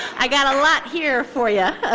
i got a lot here for yeah